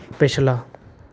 ਪਿਛਲਾ